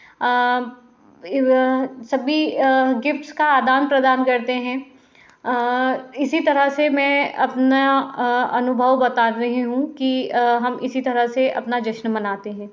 सभी गिफ्ट्स का आदान प्रदान करते हैं इसी तरह से मैं अपना अनुभव बता रही हूँ कि हम इसी तरह से अपना जश्न मनाते हैं